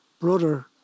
brother